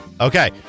Okay